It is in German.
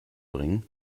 bringen